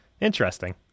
Interesting